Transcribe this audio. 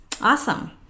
awesome